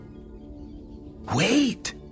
Wait